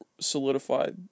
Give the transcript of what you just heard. solidified